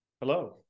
Hello